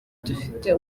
dufite